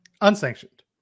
Unsanctioned